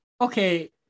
okay